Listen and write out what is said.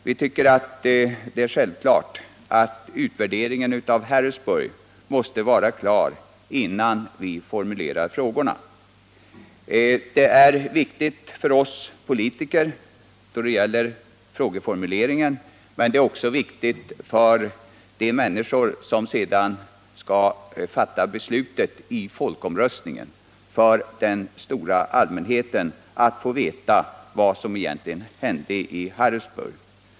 Vi tycker det är självklart att utvärderingen av olyckan i Harrisburg måste vara klar innan vi formulerar frågorna. Det är viktigt för oss politiker men det är också viktigt för de människor som sedan skall fatta beslutet i folkomröstningen, den stora allmänheten, att få veta vad som egentligen hände i Harrisburg.